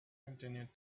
continued